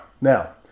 Now